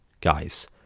guys